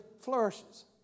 flourishes